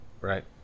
right